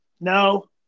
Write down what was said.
No